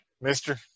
Mister